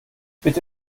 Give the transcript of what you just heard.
bitte